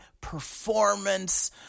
performance